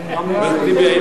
במגזר הערבי